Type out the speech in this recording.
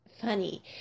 funny